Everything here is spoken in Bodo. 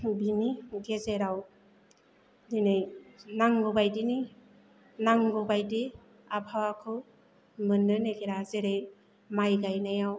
बिनि गेजेराव दिनै नांगौ बायदिनि नांगौ बायदि आबहावाखौ मोननो नागिरा जेरै माय गायनायाव